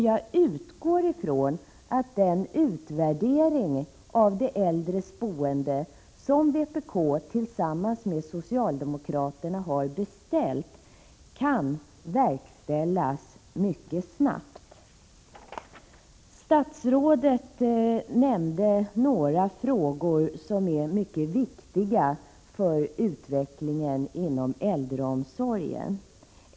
Jag utgår ifrån att den utvärdering av de äldres boende som vpk tillsammans med socialdemokraterna har beställt kan verkställas mycket snabbt. Statsrådet nämnde några frågor som är mycket viktiga för utvecklingen inom äldreomsorgen.